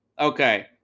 okay